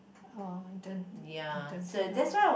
oh I don't I don't know